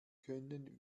können